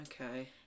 okay